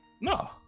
No